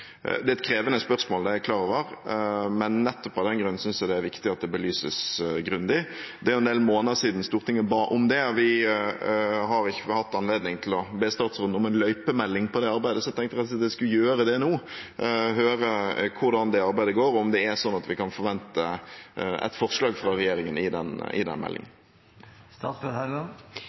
Det er et krevende spørsmål – det er jeg klar over – men nettopp av den grunn synes jeg det er viktig at det belyses grundig. Det er jo en del måneder siden Stortinget ba om det, og vi har ikke hatt anledning til å be statsråden om en løypemelding på det arbeidet, så jeg tenkte jeg rett og slett skulle gjøre det nå og høre hvordan det arbeidet går, og om det er sånn at vi kan forvente et forslag fra regjeringen i den